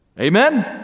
Amen